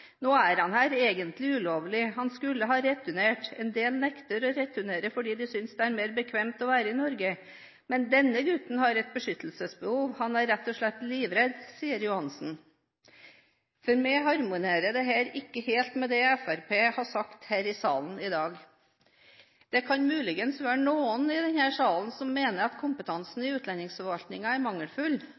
nå er han her egentlig ulovlig. Han skulle ha returnert. En del nekter å returnere, fordi de synes det er mer bekvemt å være i Norge. Men denne gutten har et beskyttelsesbehov. Han er rett og slett livredd, sier Johansen.» For meg harmonerer ikke dette helt med det Fremskrittspartiet har sagt i salen her i dag. Det kan muligens være noen i denne salen som mener at kompetansen i utlendingsforvaltningen er mangelfull.